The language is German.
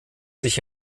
sich